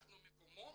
מה, אנחנו מקומון?